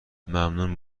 ممنون